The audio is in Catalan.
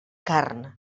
carn